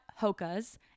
hokas